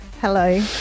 Hello